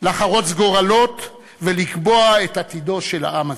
לחרוץ גורלות ולקבוע את עתידו של העם הזה.